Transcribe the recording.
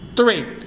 Three